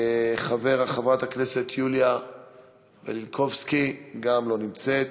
חברת הכנסת יוליה מלינובסקי אינה נוכחת,